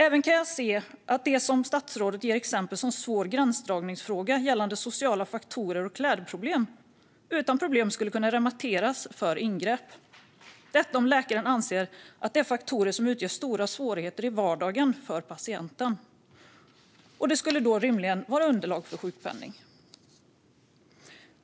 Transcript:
Jag kan även se att det exempel på en svår gränsdragningsfråga som statsrådet tar upp, nämligen sociala faktorer och klädproblem, utan problem skulle kunna motivera remittering för ingrepp om läkaren anser att det är faktorer som utgör stora svårigheter i vardagen för patienten. Det skulle då rimligen vara underlag för sjukpenning.